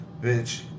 bitch